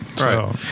Right